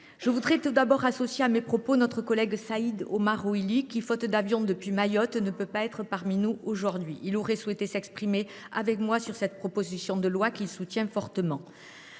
je veux tout d’abord associer à mes propos notre collègue Saïd Omar Oili, qui, faute d’avion depuis Mayotte, ne peut pas être parmi nous aujourd’hui. Il aurait souhaité s’exprimer sur cette proposition de loi, qu’il soutient avec